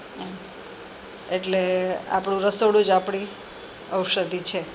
એમ એટલે આપણું રસોડું જ આપણી ઔષધી છે